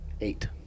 eight